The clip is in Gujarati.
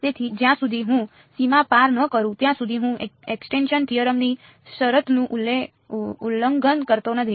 તેથી જ્યાં સુધી હું સીમા પાર ન કરું ત્યાં સુધી હું એક્સટીન્ક્શન થિયરમ ની શરતનું ઉલ્લંઘન કરતો નથી